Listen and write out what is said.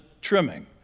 trimming